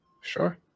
Sure